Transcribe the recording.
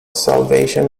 salvation